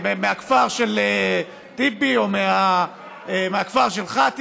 מהכפר של טיבי מהכפר שלך,